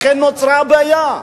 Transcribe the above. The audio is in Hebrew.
לכן נוצרה הבעיה.